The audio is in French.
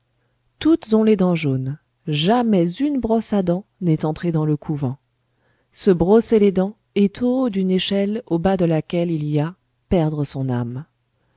toutes ont les dents jaunes jamais une brosse à dents n'est entrée dans le couvent se brosser les dents est au haut d'une échelle au bas de laquelle il y a perdre son âme